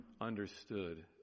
understood